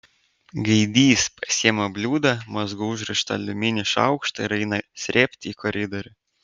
gaidys pasiima bliūdą mazgu užrištą aliumininį šaukštą ir eina srėbti į koridorių